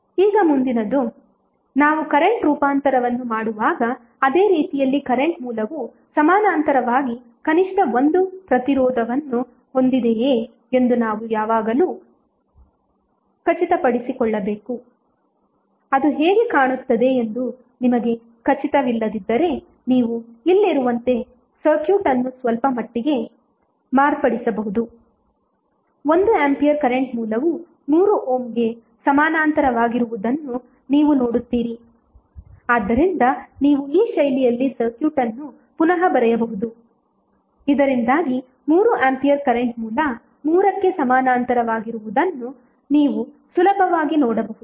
ಈಗ ಮುಂದಿನದು ನಾವು ಕರೆಂಟ್ ರೂಪಾಂತರವನ್ನು ಮಾಡುವಾಗ ಅದೇ ರೀತಿಯಲ್ಲಿ ಕರೆಂಟ್ ಮೂಲವು ಸಮಾನಾಂತರವಾಗಿ ಕನಿಷ್ಠ ಒಂದು ಪ್ರತಿರೋಧವನ್ನು ಹೊಂದಿದೆಯೆ ಎಂದು ನಾವು ಯಾವಾಗಲೂ ಖಚಿತಪಡಿಸಿಕೊಳ್ಳಬೇಕು ಅದು ಹೇಗೆ ಕಾಣುತ್ತದೆ ಎಂದು ನಿಮಗೆ ಖಚಿತವಿಲ್ಲದಿದ್ದರೆ ನೀವು ಇಲ್ಲಿರುವಂತೆ ಸರ್ಕ್ಯೂಟ್ ಅನ್ನು ಸ್ವಲ್ಪ ಮಟ್ಟಿಗೆ ಮಾರ್ಪಡಿಸಬಹುದು 1 ಆಂಪಿಯರ್ ಕರೆಂಟ್ ಮೂಲವು 3 ಓಮ್ಗೆ ಸಮಾನಾಂತರವಾಗಿರುವುದನ್ನು ನೀವು ನೋಡುತ್ತೀರಿ ಆದ್ದರಿಂದ ನೀವು ಈ ಶೈಲಿಯಲ್ಲಿ ಸರ್ಕ್ಯೂಟ್ ಅನ್ನು ಪುನಃ ಬರೆಯಬಹುದು ಇದರಿಂದಾಗಿ 3 ಆಂಪಿಯರ್ ಕರೆಂಟ್ ಮೂಲ 3 ಕ್ಕೆ ಸಮಾನಾಂತರವಾಗಿರುವುದನ್ನು ನೀವು ಸುಲಭವಾಗಿ ನೋಡಬಹುದು